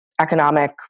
economic